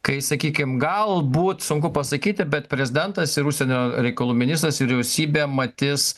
kai sakykim galbūt sunku pasakyti bet prezidentas ir užsienio reikalų ministras vyriausybė matys